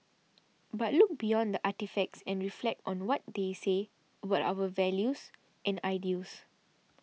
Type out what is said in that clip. but look beyond the artefacts and reflect on what they say about our values and ideals